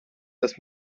das